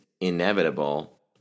inevitable